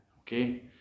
okay